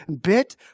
bit